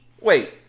Wait